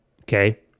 okay